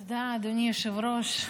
תודה, אדוני היושב-ראש.